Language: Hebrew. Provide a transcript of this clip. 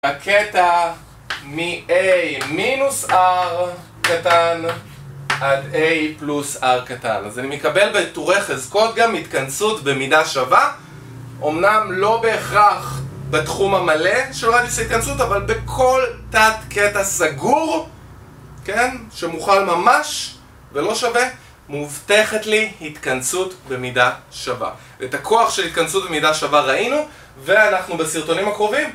הקטע מ-a מינוס r קטן עד a פלוס r קטן, אז אני מקבל בטורי חזקות גם התכנסות במידה שווה, אמנם לא בהכרח בתחום המלא של רדיוס ההתכנסות, אבל בכל תת קטע סגור, כן? שמוכל ממש ולא שווה, מובטחת לי התכנסות במידה שווה. את הכוח של התכנסות במידה שווה ראינו, ואנחנו בסרטונים הקרובים